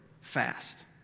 fast